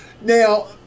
Now